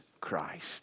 Christ